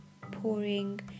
pouring